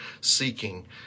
seeking